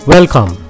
Welcome